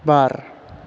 बार